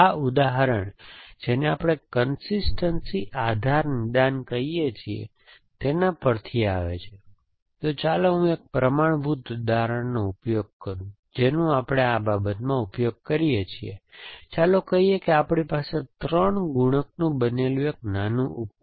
આ ઉદાહરણ જેને આપણે કન્સિસ્ટનસી આધાર નિદાન કહીએ છીએ તેના પરથી આવે છે તો ચાલો હું એક પ્રમાણભૂત ઉદાહરણનો ઉપયોગ કરું જેનો આપણે આ બાબતમાં ઉપયોગ કરીએ છીએ ચાલો કહીએ કે આપણી પાસે 3 ગુણકનું બનેલું એક નાનું ઉપકરણ છે